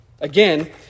Again